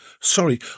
Sorry